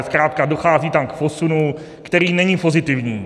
Zkrátka dochází tam k posunu, který není pozitivní.